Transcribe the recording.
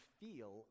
feel